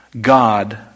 God